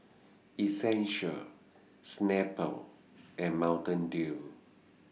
Essential Snapple and Mountain Dew